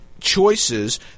choices